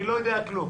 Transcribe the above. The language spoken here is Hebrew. אני לא יודע כלום.